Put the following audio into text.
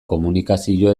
komunikazio